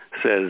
Says